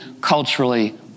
culturally